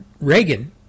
Reagan